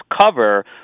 cover